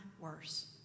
worse